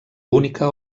única